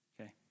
okay